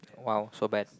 !wow! so bad